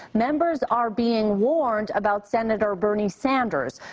members are being warned about senator bernie sanders.